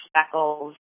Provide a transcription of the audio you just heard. speckles